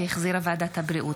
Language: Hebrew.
שהחזירה ועדת הבריאות.